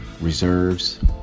reserves